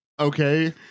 Okay